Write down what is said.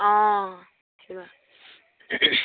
অঁ